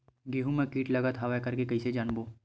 गेहूं म कीट लगत हवय करके कइसे जानबो?